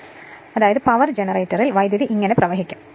അങ്ങനെ അതായത് പവർ ജനറേറ്ററിൽ വൈദ്യുതി ഇങ്ങനെ ഒഴുകും